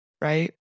right